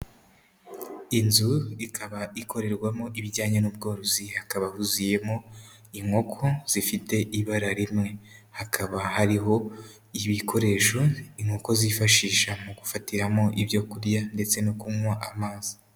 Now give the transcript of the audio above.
Inzu, ikaba ikorerwamo ibijyanye n'ubworozi, hakaba huzuyemo inkoko zifite ibara rimwe. Hakaba hariho ibikoresho inkoko zifashisha mu gufatiramo ibyo kurya ndetse no kunywa amazi.